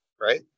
right